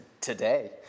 today